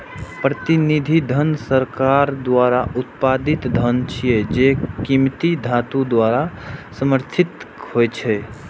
प्रतिनिधि धन सरकार द्वारा उत्पादित धन छियै, जे कीमती धातु द्वारा समर्थित होइ छै